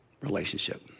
relationship